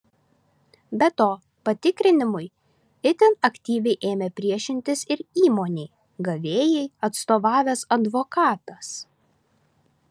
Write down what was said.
be to patikrinimui itin aktyviai ėmė priešintis ir įmonei gavėjai atstovavęs advokatas